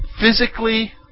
physically